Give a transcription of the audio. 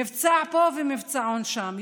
מבצע פה ומבצעון שם.